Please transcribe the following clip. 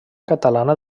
catalana